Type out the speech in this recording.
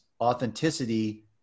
authenticity